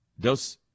Dos